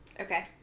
Okay